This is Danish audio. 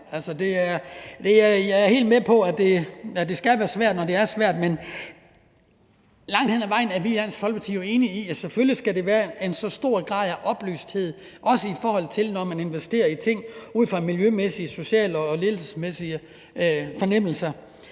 jeg er helt med på, at det skal være svært, når det er svært. Langt hen ad vejen er vi i Dansk Folkeparti enige i, at selvfølgelig skal der være en stor grad af oplysthed, også i forhold til når man investerer i ting, ud fra miljømæssige, sociale og ledelsesmæssige fornemmelser,